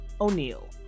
O'Neill